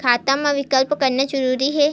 खाता मा विकल्प करना जरूरी है?